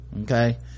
okay